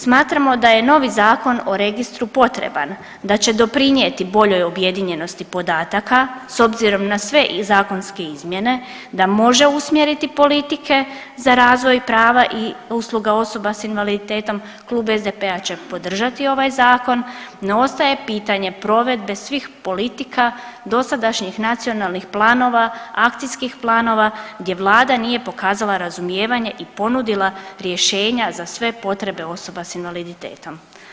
Smatramo da je novi Zakon o Registru potreban, da će doprinijeti boljoj objedinjenosti podataka s obzirom na sve i zakonske izmjene, da može usmjeriti politike za razvoj prava i usluga osoba s invaliditetom, Klub SDP-a će podržati ovaj Zakon no ostaje pitanje provedbe svih politika dosadašnjih nacionalnih planova, akcijskih planova, gdje Vlada nije pokazala razumijevanje i ponudila rješenja za sve potrebe osoba s invaliditetom.